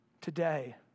today